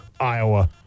Iowa